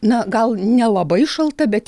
na gal nelabai šalta bet